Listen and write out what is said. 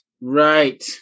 Right